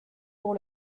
pour